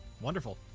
Wonderful